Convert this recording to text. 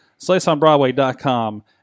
SliceOnBroadway.com